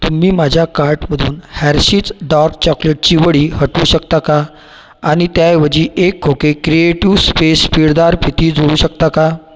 तुम्ही माझ्या कार्टमधून हॅर्षीज डार्क चॉकलेटची वडी हटवू शकता का आणि त्याऐवजी एक खोके क्रिएटिव्ह स्पेस पिळदार फिती जोडू शकता का